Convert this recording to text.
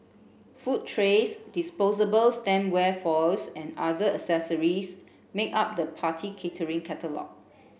food trays disposable stemware foils and other accessories make up the party catering catalogue